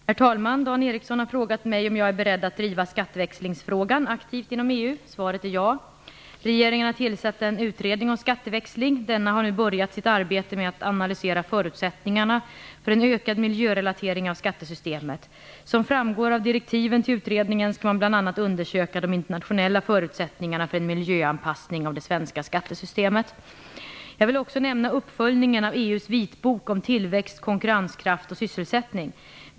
Herr talman! Dan Ericsson har frågat mig om jag är beredd att driva skatteväxlingsfrågan aktivt inom EU. Svaret är ja! Regeringen har tillsatt en utredning om skatteväxling . Denna utredning har nu påbörjat sitt arbete med att analysera förutsättningarna för en ökad miljörelatering av skattesystemet. Som framgår av direktiven till utredningen skall man bl.a. undersöka de internationella förutsättningarna för en miljöanpassning av det svenska skattesystemet. Jag vill också nämna uppföljningen av EU:s vitbok om tillväxt, konkurrenskraft och sysselsättning.